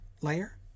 layer